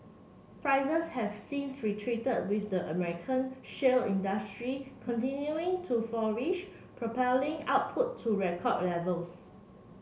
prices have since retreated with the American shale industry continuing to flourish propelling output to record levels